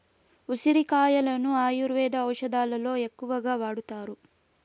ఉసిరి కాయలను ఆయుర్వేద ఔషదాలలో ఎక్కువగా వాడతారు